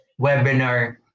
webinar